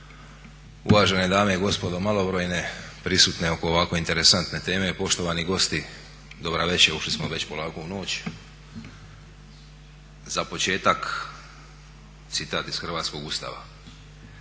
uvažene dame i gospodo, malobrojne prisutne oko ovako interesantne teme i poštovani gosti. Dobra večer, ušli smo već polako u noć. Za početak citat iz hrvatskog Ustava: